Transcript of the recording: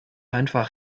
einfach